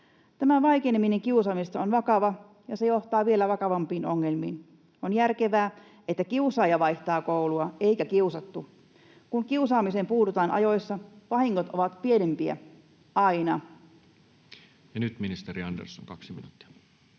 Tämä vaikeneminen kiusaamisesta on vakava asia, ja se johtaa vielä vakavampiin ongelmiin. On järkevää, että kiusaaja vaihtaa koulua eikä kiusattu. Kun kiusaamiseen puututaan ajoissa, vahingot ovat pienempiä, aina. Ja nyt ministeri Andersson, 2 minuuttia.